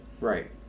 Right